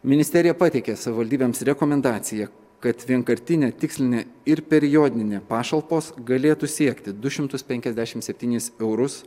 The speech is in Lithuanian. ministerija pateikė savivaldybėms rekomendaciją kad vienkartinė tikslinė ir periodinė pašalpos galėtų siekti du šimtus penkiasdešimt septynis eurus